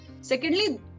Secondly